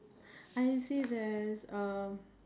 I see there's um